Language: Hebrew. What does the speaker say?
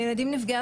של חרמות,